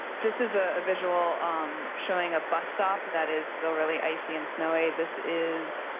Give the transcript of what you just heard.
this is a visual um showing a bus stop that is still really icy and snowy. this is